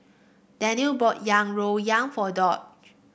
Derald bought yang rou yang for Doc